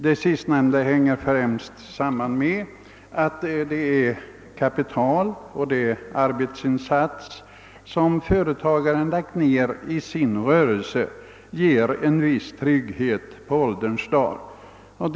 Det hänger främst samman med att det kapital och den arbetsinsats som företagaren lägger ner i sin rörelse ger en viss trygghet på ålderns dagar.